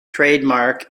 trademark